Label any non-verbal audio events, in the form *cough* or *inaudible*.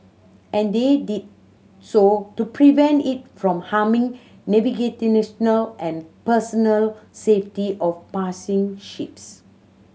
and they did so to prevent it from harming *unintelligible* and personnel safety of passing ships